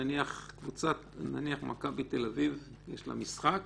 נניח לקבוצת מכבי תל אביב יש לה משחק,